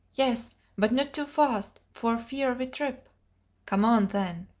yes, but not too fast, for fear we trip come on, then!